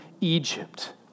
Egypt